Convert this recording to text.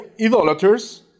idolaters